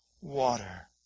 water